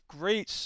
great